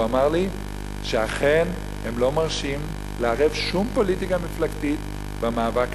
והוא אמר לי שאכן הם לא מרשים לערב שום פוליטיקה מפלגתית במאבק,